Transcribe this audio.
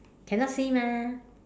cannot see mah